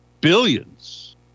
Billions